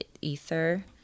ether